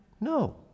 No